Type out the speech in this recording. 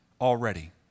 already